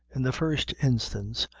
in the first instance,